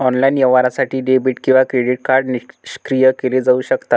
online व्यवहारासाठी debit किंवा credit card निष्क्रिय केले जाऊ शकतात